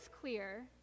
clear